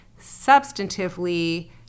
Substantively